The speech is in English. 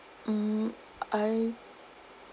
mm I